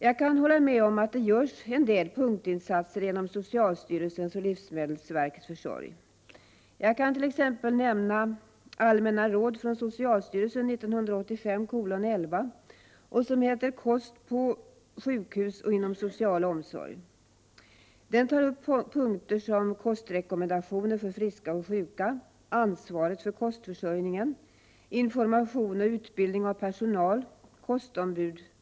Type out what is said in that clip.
Jag kan hålla med om att det görs en del punktinsatser genom socialstyrelsens och livsmedelsverkets försorg. Som exempel nämner jag Allmänna råd från socialstyrelsen 1985:11 och en skrift som heter Kost på sjukhus och inom social omsorg. Den tar upp punkter som Kostrekommendationer för friska och sjuka, Ansvaret för kostförsörjningen, Information och utbildning av personal samt Kostombud.